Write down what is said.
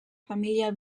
família